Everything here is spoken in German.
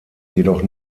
jedoch